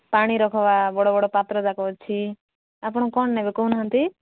ପାଣି ରଖିବା ବଡ଼ବଡ଼ ପାତ୍ରଯାକ ଅଛି ଆପଣ କ'ଣ ନେବେ କହୁନାହାନ୍ତି